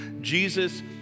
Jesus